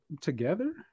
together